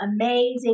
amazing